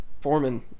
Foreman